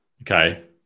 Okay